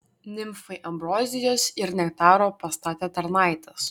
nimfai ambrozijos ir nektaro pastatė tarnaitės